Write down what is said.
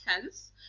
tense